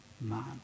man